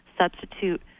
substitute